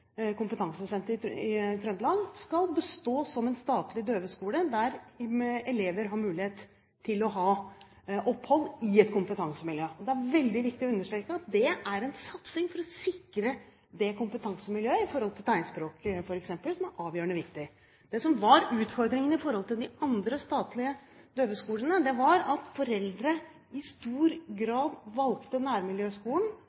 kompetansesenter i Trøndelag skal bestå som en statlig døveskole, der elever har mulighet til å ha opphold i et kompetansemiljø. Det er veldig viktig å understreke at det er en satsing for å sikre dette kompetansemiljøet når det gjelder f.eks. tegnspråk, som er avgjørende viktig. Det som var utfordringene i forhold til de andre statlige døveskolene, var at foreldrene i stor